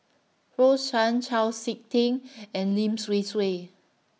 Rose Chan Chau Sik Ting and Lim Swee Say